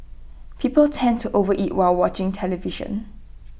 people tend to overeat while watching the television